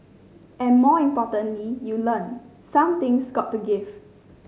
and more importantly you learn some things got to give